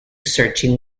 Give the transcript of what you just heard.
searching